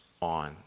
on